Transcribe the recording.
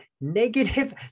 negative